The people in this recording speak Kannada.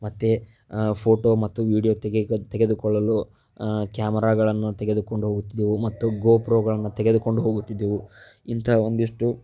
ಮತ್ತೆ ಫೋಟೋ ಮತ್ತು ವೀಡಿಯೋ ತೆಗೆಕೊ ತೆಗೆದುಕೊಳ್ಳಲು ಕ್ಯಾಮರಾಗಳನ್ನು ತೆಗೆದುಕೊಂಡು ಹೋಗುತ್ತಿದ್ದೆವು ಮತ್ತು ಗೋ ಪ್ರೋಗಳನ್ನು ತೆಗೆದುಕೊಂಡು ಹೋಗುತ್ತಿದ್ದೆವು ಇಂತಹ ಒಂದಿಷ್ಟು